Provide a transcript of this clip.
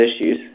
issues